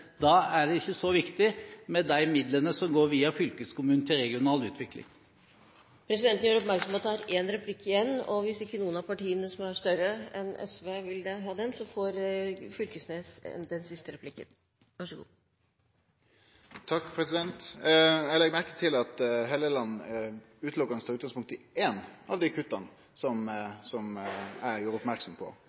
Da er det ikke så viktig med de midlene som går via fylkeskommunen til regional utvikling. Presidenten gjør oppmerksom på at det er én replikk igjen. Hvis ikke noen av partiene som er større enn SV, vil ha den, får representanten Knag Fylkesnes den siste replikken. Eg legg merke til at Helleland berre tar utgangspunkt i eit av dei kutta som eg gjorde merksam på